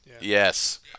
Yes